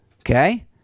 Okay